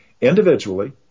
individually